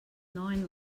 nine